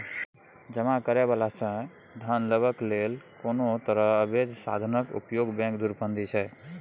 जमा करय बला सँ धन लेबाक लेल कोनो तरहक अबैध साधनक उपयोग बैंक धुरफंदी छै